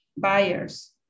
buyers